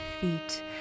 feet